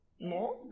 more